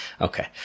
Okay